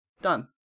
Done